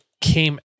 came